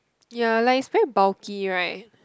ya like it's very bulky like